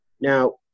Now